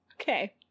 Okay